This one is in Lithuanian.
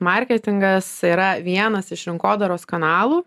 marketingas yra vienas iš rinkodaros kanalų